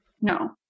No